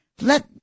Let